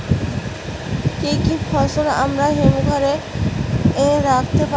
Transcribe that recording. কি কি ফসল আমরা হিমঘর এ রাখতে পারব?